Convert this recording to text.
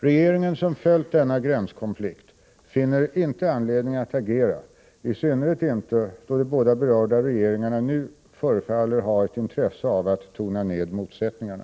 Regeringen, som följt denna gränskonflikt, finner ej anledning agera, i synnerhet inte då de båda berörda regeringarna nu förefaller ha ett intresse av att tona ned motsättningarna.